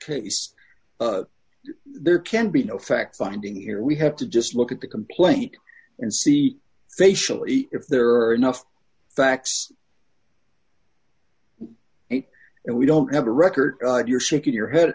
trace there can be no fact finding here we have to just look at the complaint and see facially if there are enough facts and we don't have a record of you're shaking your head